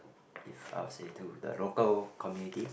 if I were say to the local community